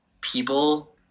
people